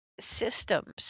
systems